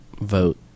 vote